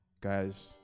guys